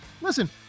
Listen